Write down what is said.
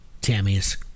Tammy's